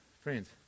Friends